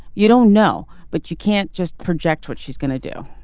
you don't know but you can't just project what she's going to do